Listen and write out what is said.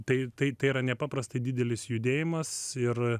tai tai tai yra nepaprastai didelis judėjimas ir